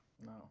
No